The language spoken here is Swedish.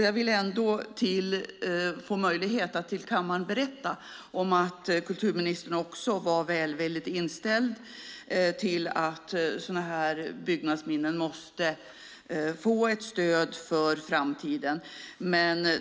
Jag vill för kammaren berätta om att kulturministern var välvilligt inställd till att sådana här byggnadsminnen ska få ett stöd för framtiden.